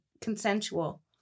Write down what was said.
consensual